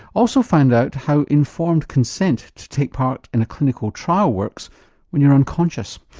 also find out how informed consent to take part in a clinical trial works when you're unconscious.